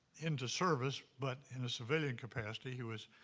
into service but in a civilian capacity. he was